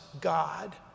God